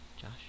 Josh